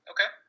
Okay